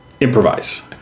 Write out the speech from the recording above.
Improvise